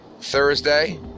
Thursday